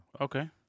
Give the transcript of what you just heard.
Okay